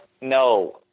No